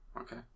Okay